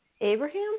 Abraham